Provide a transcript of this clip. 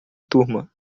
turma